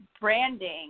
branding